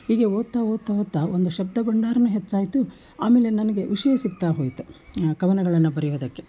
ಹೀಗೆ ಓದ್ತಾ ಓದ್ತಾ ಓದ್ತಾ ಒಂದು ಶಬ್ದ ಭಂಡಾರ ಹೆಚ್ಚಾಯಿತು ಆಮೇಲೆ ನನಗೆ ವಿಷಯ ಸಿಗ್ತಾ ಹೋಯಿತು ಕವನಗಳನ್ನು ಬರೆಯೋದಕ್ಕೆ